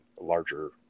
larger